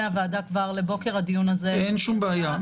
הוועדה כבר לבוקר הדיון הזה --- אין שום בעיה.